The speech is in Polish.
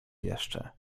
jeszcze